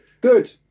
good